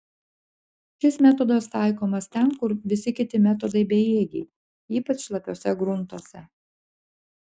šis metodas taikomas ten kur visi kiti metodai bejėgiai ypač šlapiuose gruntuose